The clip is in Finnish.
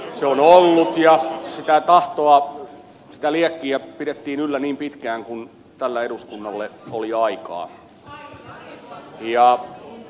se on ollut ja sitä tahtoa sitä liekkiä pidettiin yllä niin pitkään kuin tällä eduskunnalla oli aikaa